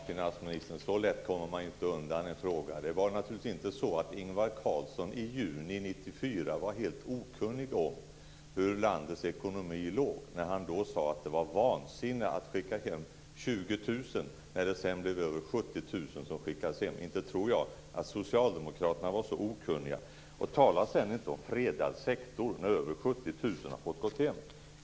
Herr talman! Så lätt kommer man inte undan en fråga. Det var naturligtvis inte så att Ingvar Carlsson i juni 1994 var helt okunnig om hur landets ekonomi låg till. Han sade ju då att det var vansinne att skicka hem 20 000 personer, men det blev över 70 000 som fick gå. Inte tror jag att Socialdemokraterna var så okunniga. Tala alltså inte om en fredad sektor när över 70 000 personer har skickats hem!